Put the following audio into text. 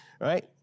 right